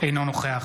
אינו נוכח